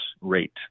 rate